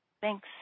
thanks